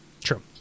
True